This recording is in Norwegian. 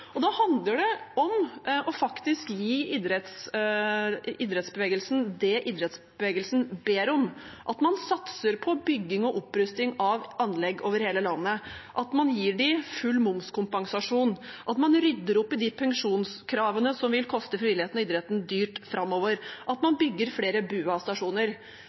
Da handler det om faktisk å gi idrettsbevegelsen det idrettsbevegelsen ber om, at man satser på bygging og opprusting av anlegg over hele landet, at man gir full momskompensasjon, at man rydder opp i de pensjonskravene som vil koste frivilligheten og idretten dyrt framover, og at man bygger flere